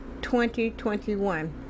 2021